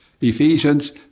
Ephesians